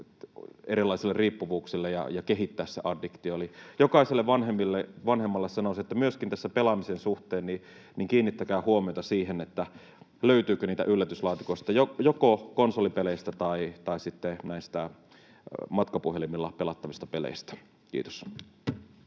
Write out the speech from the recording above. erilaisille riippuvuuksille ja kehittää se addiktio. Eli jokaiselle vanhemmalle sanoisin, että tämän pelaamisen suhteen kiinnittäkää huomiota myöskin siihen, löytyykö niitä yllätyslaatikoita joko konsolipeleistä tai sitten näistä matkapuhelimilla pelattavista peleistä. — Kiitos.